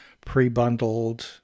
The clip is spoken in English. pre-bundled